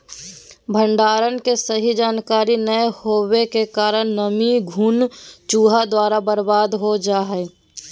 भंडारण के सही जानकारी नैय होबो के कारण नमी, घुन, चूहा द्वारा बर्बाद हो जा हइ